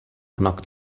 knock